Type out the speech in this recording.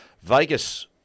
Vegas